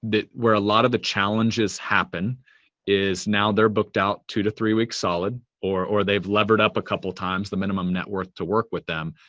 where a lot of the challenges happen is now they are booked out two to three weeks solid or or they've levered up a couple of times the minimum net worth to work with them.